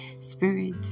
Spirit